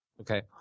Okay